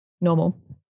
normal